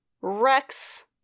Rex